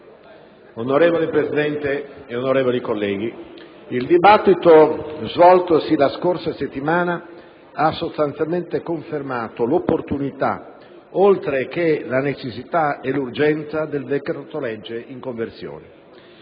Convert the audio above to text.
Onorevole Presidente, onorevoli colleghi, il dibattito svoltosi la scorsa settimana ha sostanzialmente confermato l'opportunità, oltre che la necessità e l'urgenza, del decreto-legge in conversione.